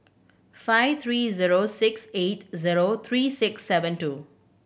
five three zero six eight zero three six seven two